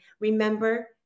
Remember